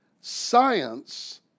Science